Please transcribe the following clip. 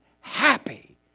happy